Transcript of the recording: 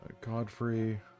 Godfrey